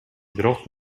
бирок